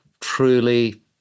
truly